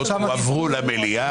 ויועברו למליאה.